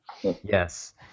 Yes